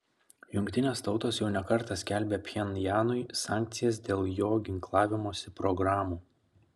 jungtinės tautos jau ne kartą skelbė pchenjanui sankcijas dėl jo ginklavimosi programų